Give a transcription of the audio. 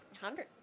Hundred